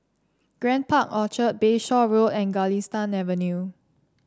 Grand Park Orchard Bayshore Road and Galistan Avenue